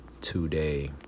today